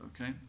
Okay